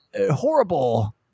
horrible